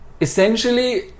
essentially